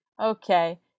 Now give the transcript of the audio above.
Okay